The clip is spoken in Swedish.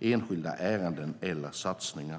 enskilda ärenden eller satsningar.